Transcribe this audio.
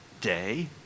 day